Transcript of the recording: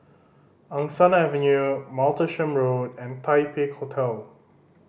Angsana Avenue Martlesham Road and Taipei Hotel